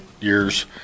years